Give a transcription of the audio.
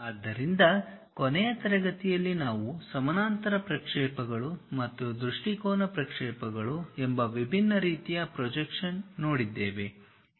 ಆದ್ದರಿಂದ ಕೊನೆಯ ತರಗತಿಯಲ್ಲಿ ನಾವು ಸಮಾನಾಂತರ ಪ್ರಕ್ಷೇಪಗಳು ಮತ್ತು ದೃಷ್ಟಿಕೋನ ಪ್ರಕ್ಷೇಪಗಳು ಎಂಬ ವಿಭಿನ್ನ ರೀತಿಯ ಪ್ರೊಜೆಕ್ಷನ್ತಂತ್ರಗಳನ್ನು ನೋಡಿದ್ದೇವೆ